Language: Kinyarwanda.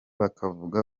bakavuga